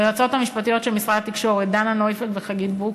ליועצות המשפטיות של משרד התקשורת דנה נויפלד וחגית ברוק,